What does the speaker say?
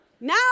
Now